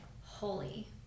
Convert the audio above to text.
holy